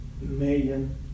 million